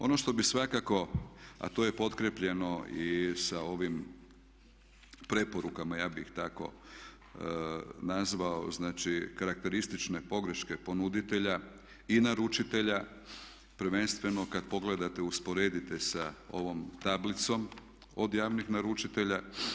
Ono što bi svakako a to je potkrijepljeno i sa ovim preporukama ja bi ih tako nazvao, znači karakteristične pogreške ponuditelja i naručitelja prvenstveno kada pogledate i usporedite sa ovom tablicom od javnih naručitelja.